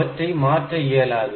அவற்றை மாற்ற இயலாது